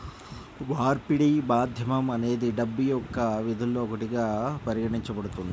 మార్పిడి మాధ్యమం అనేది డబ్బు యొక్క విధుల్లో ఒకటిగా పరిగణించబడుతుంది